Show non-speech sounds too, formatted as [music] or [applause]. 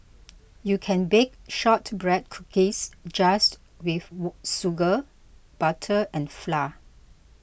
you can bake Shortbread Cookies just with [hesitation] sugar butter and flour